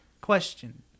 Question